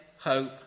hope